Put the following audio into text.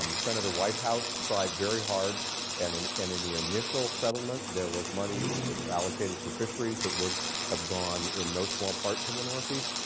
um senator whitehouse tried very hard and and in in the initial settlement there was money allocated for fisheries that would have gone in no small part to the northeast.